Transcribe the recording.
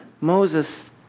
Moses